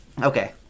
Okay